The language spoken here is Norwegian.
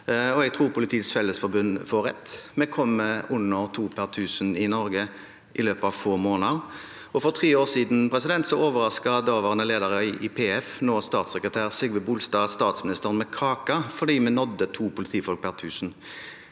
Jeg tror Politiets Fellesforbund får rett i at vi kommer under to per tusen i Norge i løpet av få måneder. For tre år siden overrasket daværende leder i PF, nåværende statssekretær Sigve Bolstad, statsministeren med kake fordi vi nådde to politifolk per tusen.